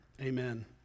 amen